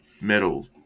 metal